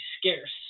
scarce